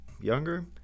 younger